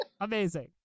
Amazing